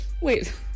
Wait